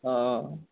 অঁ অঁ